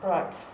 Right